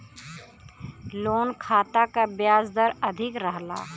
loan खाता क ब्याज दर अधिक रहला